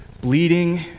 bleeding